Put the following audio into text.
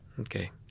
Okay